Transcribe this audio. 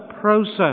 process